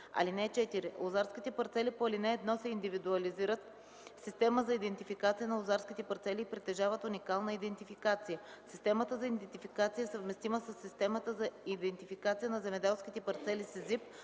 (4) Лозарските парцели по ал. 1 се индивидуализират в система за идентификация на лозарските парцели и притежават уникална идентификация. Системата за идентификация е съвместима със системата за идентификация на земеделските парцели (СИЗП)